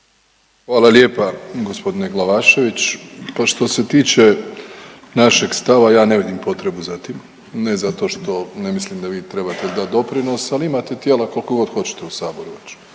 Hvala lijepa gospodine Glavašević. Pa što se tiče našeg stava ja ne vidim potrebu za tim, ne zato što ne mislim da vi trebate dat doprinos, ali imate tijela koliko god hoćete u Saboru već.